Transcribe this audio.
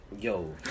yo